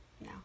no